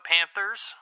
Panthers